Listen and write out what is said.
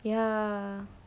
ya